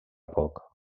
poc